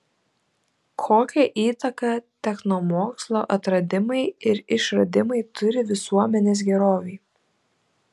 kokią įtaką technomokslo atradimai ir išradimai turi visuomenės gerovei